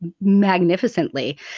magnificently